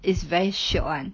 it's very shiok [one]